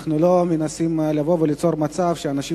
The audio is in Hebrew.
אנחנו לא מנסים ליצור מצב שבו אנשים